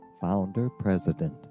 founder-president